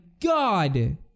God